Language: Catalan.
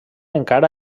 encara